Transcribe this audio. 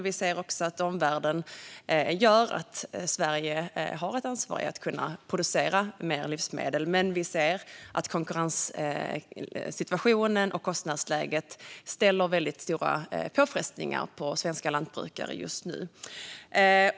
Vi ser också att omvärlden gör att Sverige har ett ansvar att se till att kunna producera mer livsmedel. Men vi ser att konkurrenssituationen och kostnadsläget ger väldigt stora påfrestningar på svenska lantbrukare just nu.